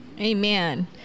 amen